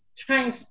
trying